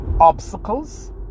obstacles